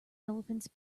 elephants